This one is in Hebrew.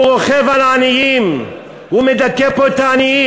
הוא רוכב על העניים, הוא מדכא פה את העניים.